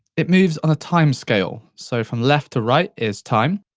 it moves on a timescale, so from left to right is time,